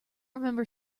remember